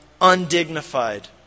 undignified